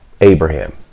Abraham